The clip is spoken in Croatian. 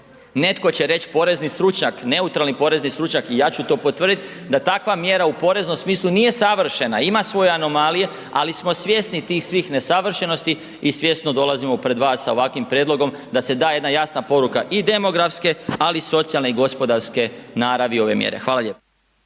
netko će reći, porezni stručnjak, neutralni porezni stručnjak i ja ću to potvrditi, da takva mjera u poreznom smislu nije savršena ima svoje anomalije, ali smo svjesni tih svih nesavršenosti i svjesno dolazimo pred vas sa ovakvim prijedlog da se da jedna jasna poruka i demografske, ali i socijalne i gospodarske naravi ove mjere. Hvala lijepo.